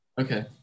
okay